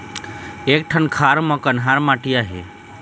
एक ठन खार म कन्हार माटी आहे?